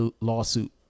lawsuit